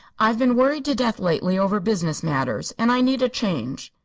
i've been worried to death, lately, over business matters and i need a change.